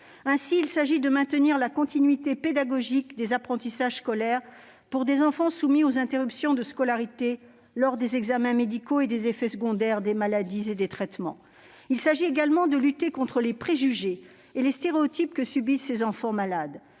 Ainsi, il s'agit de maintenir la continuité pédagogique des apprentissages scolaires pour des enfants soumis à des interruptions de scolarité lors des examens médicaux et en raison des effets secondaires de leur maladie et de ses traitements. Il s'agit également de lutter contre les préjugés et les stéréotypes que subissent ces enfants malades.